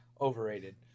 overrated